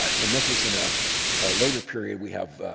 and this is and ah a later period, we have